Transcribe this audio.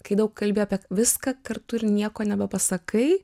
kai daug kalbi apie viską kartu ir nieko nebepasakai